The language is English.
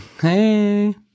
Hey